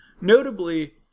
notably